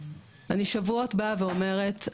אני שבועות באה ואומרת,